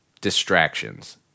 distractions